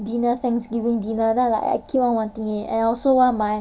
dinners thanksgiving dinners then I'm like I keep on wanting it and also want my